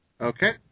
Okay